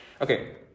okay